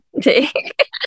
take